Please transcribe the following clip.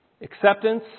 Acceptance